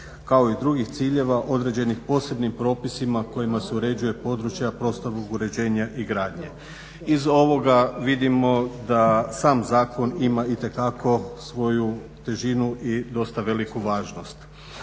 kao i drugih ciljeva određenih posebnim propisima kojima se uređuje područja prostornog uređenja i gradnje. Iz ovoga vidimo da sam zakon ima itekako svoju težinu i dosta veliku važnost.